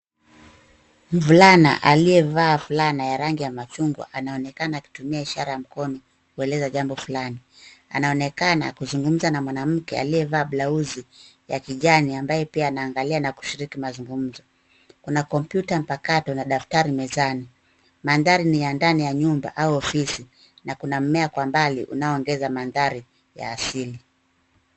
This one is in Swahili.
Mvulana aliyevaa fulana ya rangi ya machungwa anaonekana akitumia ishara ya mkono kueleza jambo fulani. Anaonekana kuzungumza na mwanamke aliyevaa blauzi ya kijani ambaye pia anaangalia na kushiriki mazungumzo. Kuna kompyuta mpakato na daftari mezani. Mandhari ni ya ndani ya nyumba au ofisi na kuna mmea kwa mbali unaongeza mandhari ya asili.